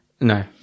no